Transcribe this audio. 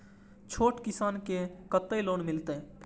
छोट किसान के कतेक लोन मिलते?